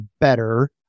better